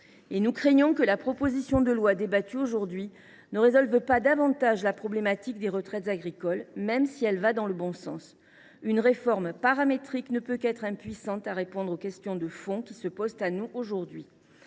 Nous craignons que la présente proposition de loi ne résolve pas davantage la problématique des retraites agricoles, même si elle va dans le bon sens. Une réforme paramétrique ne peut qu’être impuissante à répondre aux questions de fond qui se posent à nous aujourd’hui.